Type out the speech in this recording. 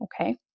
okay